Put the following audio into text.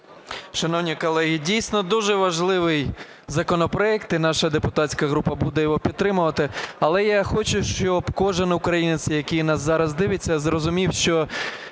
Шановні колеги, дійсно дуже важливий законопроект, і наша депутатська група буде його підтримувати. Але я хочу, щоб кожен українець який нас зараз дивиться, зрозумів, що